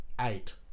Eight